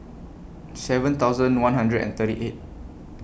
seven thousand one hundred and thirty eight